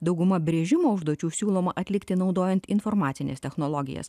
dauguma brėžimo užduočių siūloma atlikti naudojant informacines technologijas